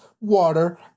water